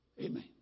amen